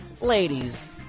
ladies